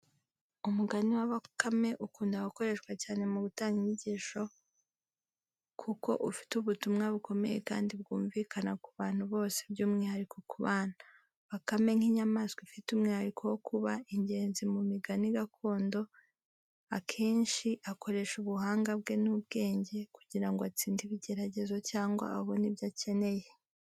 Umugani wa Bakame ukunda gukoreshwa cyane mu gutanga inyigisho kuko ufite ubutumwa bukomeye kandi bwumvikana ku bantu bose, by’umwihariko ku bana. Bakame, nk’inyamaswa ifite umwihariko wo kuba ingenzi mu migani gakondo, akenshi akoresha ubuhanga bwe n’ubwenge kugira ngo atsinde ibigeragezo cyangwa abone ibyo akeneye.